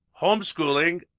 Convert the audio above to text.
Homeschooling